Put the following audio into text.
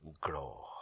grow